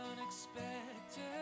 unexpected